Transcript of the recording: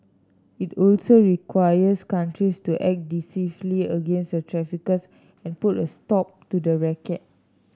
it also requires countries to act decisively against the traffickers and put a stop to the racket